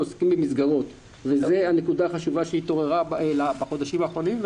עוסקים במסגרות וזו הנקודה החשובה שהתעוררה בחודשים האחרונים.